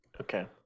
Okay